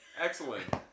Excellent